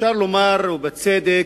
אפשר לומר, ובצדק,